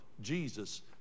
Jesus